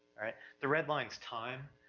right? the red line's time,